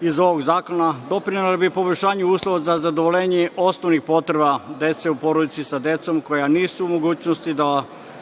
iz ovog zakona doprinela bi poboljšanju uslova za zadovoljenje osnovnih potreba dece u porodici sa decom koja nisu u mogućnosti da to